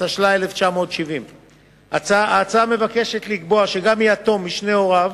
התש"ל 1970. ההצעה היא לקבוע שגם יתום משני הוריו,